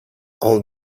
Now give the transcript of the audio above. all